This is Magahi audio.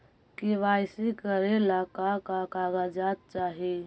के.वाई.सी करे ला का का कागजात चाही?